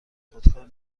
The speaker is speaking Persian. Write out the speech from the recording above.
خودکار